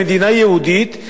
במדינה יהודית,